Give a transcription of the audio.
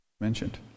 mentioned